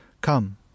Come